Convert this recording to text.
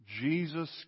Jesus